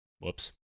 Whoops